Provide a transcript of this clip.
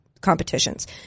competitions